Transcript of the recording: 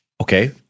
Okay